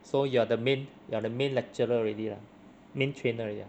so you are the main you are the main lecturer already lah main trainer already ah